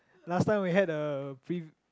last time we has a big